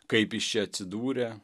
kaip jis čia atsidūrė